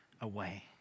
away